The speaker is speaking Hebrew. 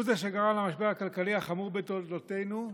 שגרם למשבר הכלכלי החמור בתולדותינו,